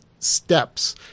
steps